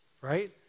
right